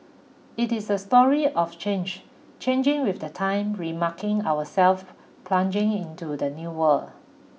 it is a story of change changing with the time remarking ourselves plugging into the new world